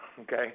Okay